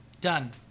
Done